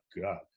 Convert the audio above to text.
God